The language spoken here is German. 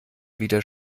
wieder